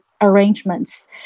arrangements